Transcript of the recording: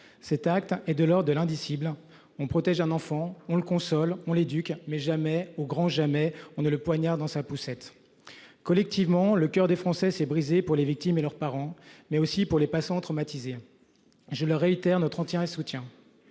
Cet acte et de lors de l'indicible on protège un enfant on le console on l'éduque mais jamais au grand jamais, on ne le poignard dans sa poussette. Collectivement le coeur des Français s'est brisé pour les victimes et leurs parents mais aussi pour les passants traumatisés. Je le réitère notre entière et soutien.